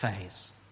phase